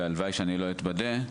והלוואי שלא אתבדה,